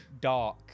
dark